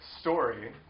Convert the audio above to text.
story